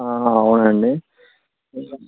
ఆహా అవునా అండి